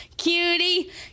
cutie